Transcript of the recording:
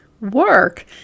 work